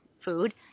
food